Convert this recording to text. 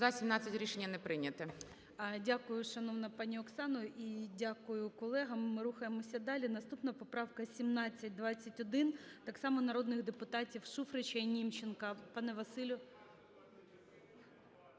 11:41:40 ГОЛОВУЮЧИЙ. Дякую, шановна пані Оксана, і дякую колегам. Рухаємося далі. Наступна поправка 1721 так само народних депутатів Шуфрича і Німченка. Пане Василю.